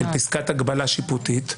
פסקת הגבלה שיפוטית,